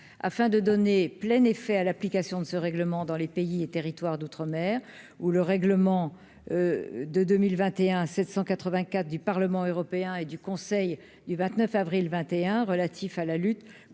afin de donner plein effet à l'application de ce règlement dans les pays et territoires d'outre-mer où le règlement de 2021 784 du Parlement européen et du Conseil du 29 avril 21 relatif à la lutte